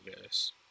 guys